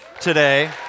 today